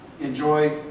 enjoy